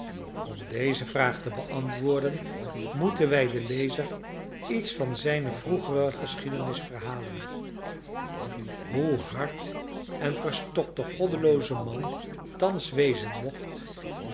om deze vraag te beantwoorden moeten wij den lezer iets van zijne vroegere geschiedenis verhalen hoe hard en verstokt de goddelooze man thans wezen mocht er